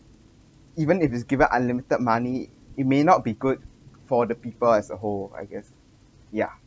even if it's given unlimited money it may not be good for the people as a whole I guess ya